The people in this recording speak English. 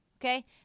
okay